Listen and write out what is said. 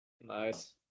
Nice